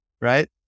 right